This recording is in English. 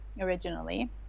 originally